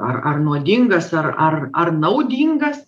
ar ar nuodingas ar ar ar naudingas